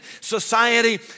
society